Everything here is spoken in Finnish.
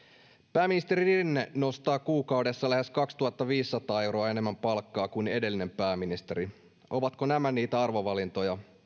pääministeri rinne nostaa kuukaudessa lähes kaksituhattaviisisataa euroa enemmän palkkaa kuin edellinen pääministeri ovatko nämä niitä arvovalintoja